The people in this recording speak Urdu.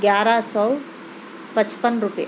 گیارہ سو پچپن روپئے